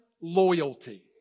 loyalty